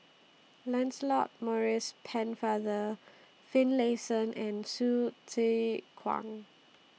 Lancelot Maurice Pennefather Finlayson and Hsu Tse Kwang